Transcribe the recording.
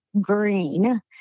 green